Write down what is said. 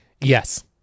Yes